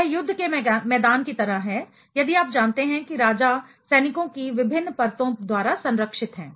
यह युद्ध के मैदान की तरह है यदि आप जानते हैं कि राजा सैनिकों की विभिन्न परतों द्वारा संरक्षित हैं